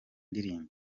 ndirimbo